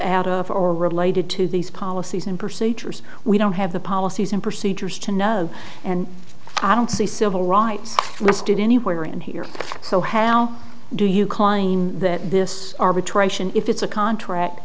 out of or related to these policies and procedures we don't have the policies and procedures to know and i don't see civil rights listed anywhere in here so how do you calling that this arbitration if it's a contract